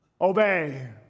Obey